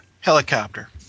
Helicopter